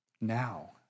now